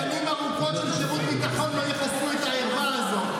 שנים ארוכות של שירות ביטחון לא יכסו את הערווה הזו,